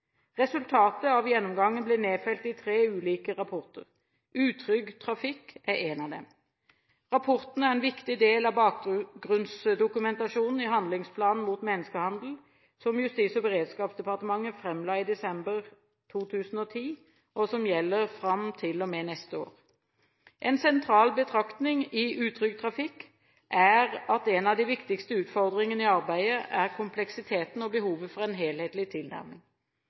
Resultatet av gjennomgangen ble nedfelt i tre ulike rapporter – Utrygg trafikk er en av dem. Rapportene er en viktig del av bakgrunnsdokumentasjonen i handlingsplanen mot menneskehandel, som Justis- og beredskapsdepartementet framla i desember 2010, og som gjelder fram til og med neste år. En sentral betraktning i Utrygg trafikk er at en av de viktigste utfordringene i arbeidet, er kompleksiteten og behovet for en helhetlig tilnærming.